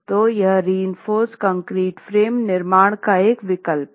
तो यह reinforced concrete frame निर्माण का एक विकल्प है